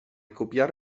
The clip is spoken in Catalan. copiar